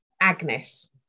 agnes